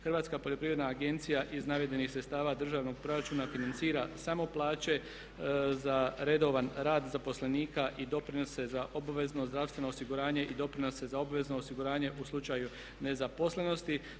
Hrvatska poljoprivredna agencija iz navedenih sredstava državnog proračuna financira samo plaće za redovan rad zaposlenika i doprinose za obvezno zdravstveno osiguranje i doprinose za obvezno osiguranje u slučaju nezaposlenosti.